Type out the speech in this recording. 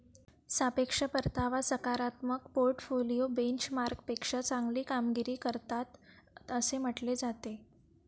सापेक्ष परतावा सकारात्मक पोर्टफोलिओ बेंचमार्कपेक्षा चांगली कामगिरी करतात असे म्हटले जाते